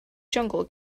jungle